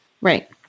Right